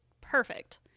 perfect